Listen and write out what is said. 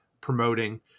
promoting